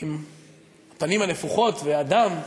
עם הפנים הנפוחות והדם,